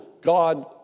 God